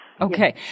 Okay